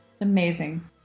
Amazing